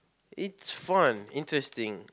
it's fun interesting